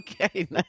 Okay